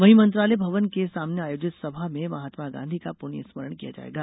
वहीं मंत्रालय भवन के सामने आयोजित सभा में महात्मा गांधी का प्रण्य स्मरण किया जायेगा